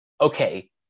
okay